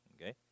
Okay